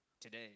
today